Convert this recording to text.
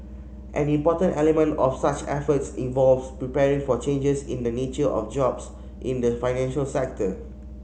an important element of such efforts involves preparing for changes in the nature of jobs in the financial sector